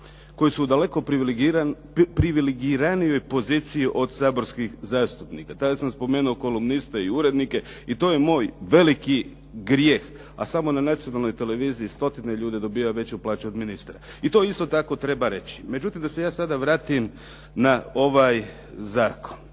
koji su u daleko priviligiranijom poziciji od saborskih zastupnika. Tada sam spomenuo kolumniste i urednike i to je moj veliki grijeh. A samo na nacionalnoj televiziji stotine ljudi dobivaju veću plaću od ministra. I to isto tako treba reći. Međutim, da se ja sada vratim na ovaj zakon.